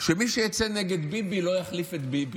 שמי שיצא נגד ביבי, לא יחליף את ביבי,